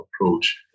approach